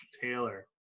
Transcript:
Taylor